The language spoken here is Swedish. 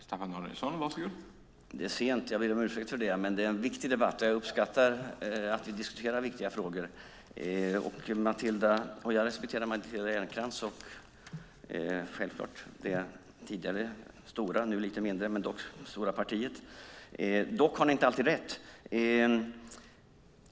Herr talman! Det är sent, och jag ber om ursäkt för att detta drar ut på tiden. Men det är en viktig debatt, och jag uppskattar att vi diskuterar viktiga frågor. Jag respekterar Matilda Ernkrans och självfallet också det tidigare stora - nu lite mindre men dock fortfarande stora - partiet. Dock har ni inte alltid rätt.